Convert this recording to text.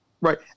right